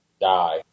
die